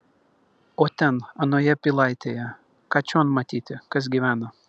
o ten anoje pilaitėje ką čion matyti kas gyvena